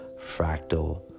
fractal